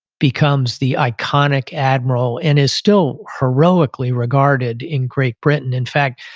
becomes the iconic admiral. and is still heroically regarded in great britain in fact,